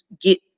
get